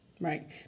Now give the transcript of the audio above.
Right